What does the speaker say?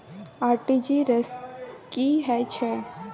RTG S की है छै?